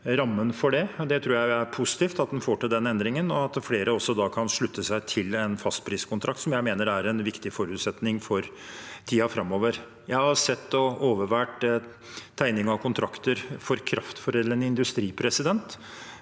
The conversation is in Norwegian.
rammen for det. Jeg tror det er positivt at man får til den endringen, og at flere da kan slutte seg til en fastpriskontrakt, som jeg mener er en viktig forutsetning i tiden framover. Jeg har sett og overvært tegning av kontrakter for kraftforedlende industri som